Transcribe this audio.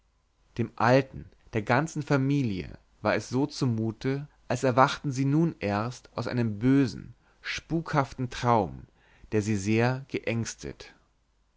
dem alten der ganzen familie war so zumute als erwachten sie nun erst aus einem bösen spukhaften traum der sie sehr geängstet